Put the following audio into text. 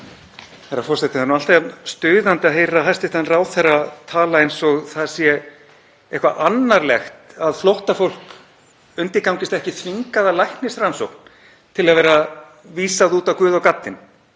Herra forseti. Það er alltaf jafn stuðandi að heyra hæstv. ráðherra tala eins og það sé eitthvað annarlegt að flóttafólk undirgangist ekki þvingaða læknisrannsókn til að vera vísað út á guð og gaddinn.